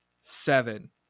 seven